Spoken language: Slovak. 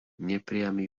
nepriamy